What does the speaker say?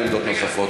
אין עמדות נוספות,